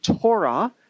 Torah